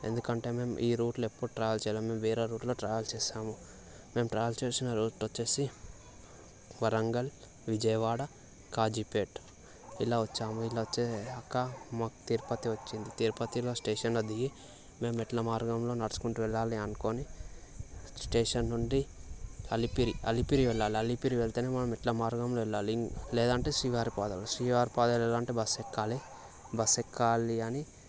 ఎందుకంటే మేము ఈ రూట్లో ఎప్పుడు ట్రావెల్ చేయలేదు మేము వేరే రూట్లో ట్రావెల్ చేసాము మేము ట్రావెల్ చేసిన రూట్ వచ్చి వరంగల్ విజయవాడ కాజీపేట ఇలా వచ్చాము ఇలా వచ్చే అక్క మాకు తిరుపతి వచ్చింది తిరుపతిలో స్టేషన్లో దిగి మేము మెట్ల మార్గంలో నడుచుకుంటు వెళ్ళాలి అనుకోని స్టేషన్ నుండి అలిపిరి అలిపిరి వెళ్ళాలి అలిపిరి వెళ్తేనే మనం మెట్ల మార్గంలో వెళ్ళాలి లేదంటే శ్రీవారి పాదాలు శ్రీవారి పాదాలు ఎలా అంటే బస్సు ఎక్కాలి బస్సు ఎక్కాలి అని